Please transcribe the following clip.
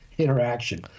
interaction